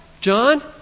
John